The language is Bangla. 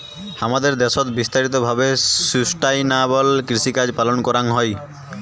হামাদের দ্যাশোত বিস্তারিত ভাবে সুস্টাইনাবল কৃষিকাজ পালন করাঙ হই